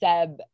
Seb